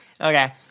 Okay